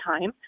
time